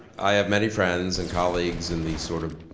i have many friends and colleagues and these sort of,